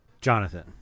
Jonathan